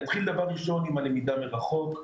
נתחיל בגני הילדים.